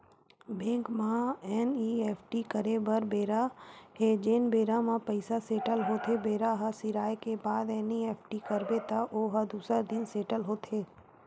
bank म NEFT करे बर बेरा हे जेने बेरा म पइसा सेटल होथे बेरा ह सिराए के बाद एन.ई.एफ.टी करबे त ओ ह दूसर दिन सेटल होथे